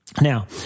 Now